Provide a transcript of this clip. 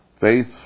Faith